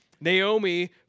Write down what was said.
Naomi